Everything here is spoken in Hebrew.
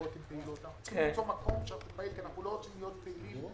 אנחנו צריכים למצוא מקום כך שלא נהיה תלויים.